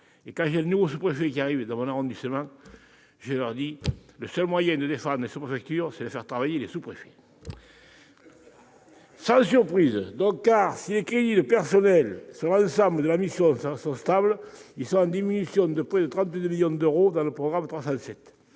Quand un nouveau sous-préfet arrive dans mon arrondissement, je lui dis :« Le seul moyen de défendre les sous-préfectures, c'est de faire travailler les sous-préfets. » Sans surprise donc, si les crédits de personnels sur l'ensemble de la mission sont stables, ils sont en diminution de près de 32 millions d'euros dans le programme 307.